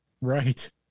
Right